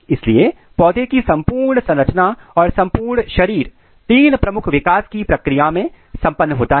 इसलिए पौधे की संपूर्ण संरचना और संपूर्ण शरीर तीन प्रमुख विकास की प्रक्रिया में संपन्न होता है